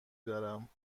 دارم